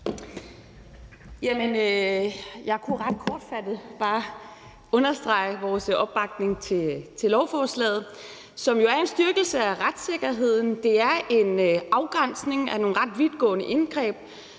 Jeg kunne ret kortfattet bare understrege vores opbakning til lovforslaget, som jo er en styrkelse af retssikkerheden. Det er en afgrænsning af nogle ret vidtgående indgreb,